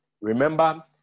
remember